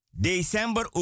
December